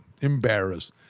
embarrassed